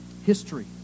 history